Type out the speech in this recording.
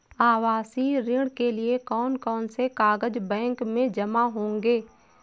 आवासीय ऋण के लिए कौन कौन से कागज बैंक में जमा होंगे?